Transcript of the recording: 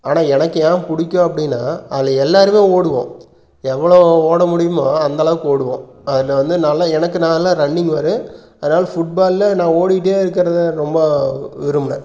ஆனால் எனக்கு ஏன் பிடிக்கும் அப்படின்னா அதில் எல்லோருமே ஓடுவோம் எவ்வளோ ஓட முடியுமோ அந்த அளவுக்கு ஓடுவோம் அதில் வந்து நான் எல்லாம் எனக்கு நான் எல்லாம் ரன்னிங் வரும் அதனால் ஃபுட்பாலில் நான் ஓடிட்டே இருக்கிறத ரொம்ப விரும்புவேன்